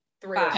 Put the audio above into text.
three